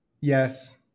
Yes